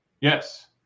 Yes